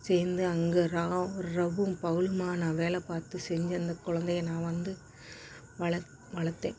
சேர்ந்து அங்கே ராவும் ராவும் பகலும் நான் வேலை பார்த்து செஞ்சு அந்த குழந்தைய நான் வந்து வளர்த்து வளர்த்தேன்